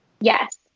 Yes